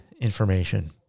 information